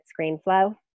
ScreenFlow